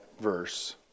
verse